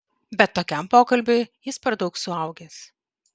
bet tokiam pokalbiui jis per daug suaugęs